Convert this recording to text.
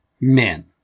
men